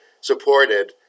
supported